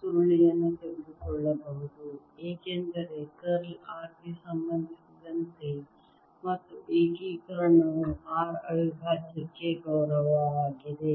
ಸುರುಳಿಯನ್ನು ತೆಗೆದುಕೊಳ್ಳಬಹುದು ಏಕೆಂದರೆ ಕರ್ಲ್ r ಗೆ ಸಂಬಂಧಿಸಿದಂತೆ ಮತ್ತು ಏಕೀಕರಣವು r ಅವಿಭಾಜ್ಯಕ್ಕೆ ಗೌರವವಾಗಿದೆ